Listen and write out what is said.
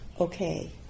okay